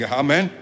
amen